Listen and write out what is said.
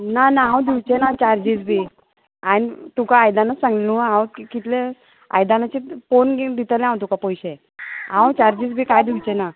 ना ना हांव दिवचें ना चार्जीस बी हांयेंन तुका आयदनांच सांगिल्लें न्हू हांव कितलें आयदनांचेच पोवोन दितलें हांव तुका पयशे हांव चार्जीस बी कांय दिवचे ना